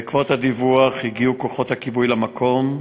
בעקבות הדיווח הגיעו כוחות הכיבוי למקום,